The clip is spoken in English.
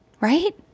right